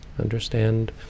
understand